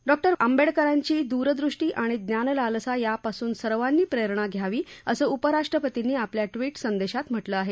डॉ आंबेडकरांची द्रदृष्टी आणि ज्ञानलालसा यापासून सर्वांनी प्रेरणा घ्यावी असं उपराष्ट्रपतींनी आपल्या ट्विट संदेशात म्हटलं आहे